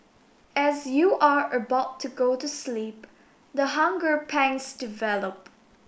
as you are about to go to sleep the hunger pangs develop